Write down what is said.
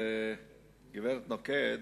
הגברת נוקד,